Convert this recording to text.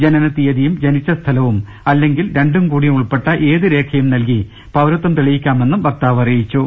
ജനന തിയ്യതിയും ജനിച്ച സ്ഥലവും അല്ലെങ്കിൽ രണ്ടുംകൂടിയും ഉൾപ്പെട്ട ഏത് രേഖയും നൽകി പൌരത്വം തെളിയിക്കാമെന്ന് വക്താവ് അറിയിച്ചു